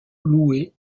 loué